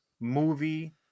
movie